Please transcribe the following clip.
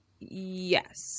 yes